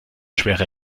schwere